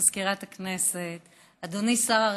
מזכירת הכנסת, אדוני שר הרווחה,